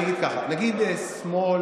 אני אגיד ככה: נגיד, שמאל